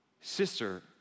sister